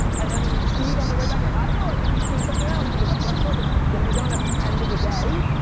and then steve on the way back, like, i don't know, i think do something else because i'm not sure if it's gonna be done at the end of the day.